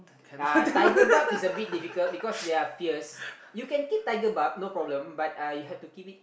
uh tiger barb is a bit difficult because they are fierce you can keep tiger barb no problem but uh you have to keep it